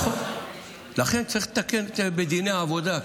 נכון, לכן צריך לתקן בדיני עבודה.